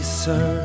sir